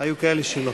היו כאלה שלא.